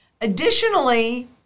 Additionally